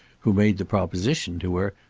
who made the proposition to her,